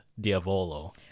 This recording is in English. Diavolo